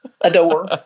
adore